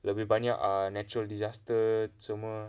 lebih banyak err natural disaster semua